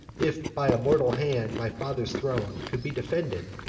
if by a mortal hand my father's throne could be defended,